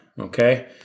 okay